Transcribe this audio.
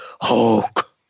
Hulk